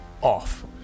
off